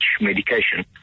medication